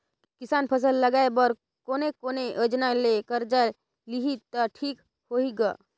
किसान फसल लगाय बर कोने कोने योजना ले कर्जा लिही त ठीक होही ग?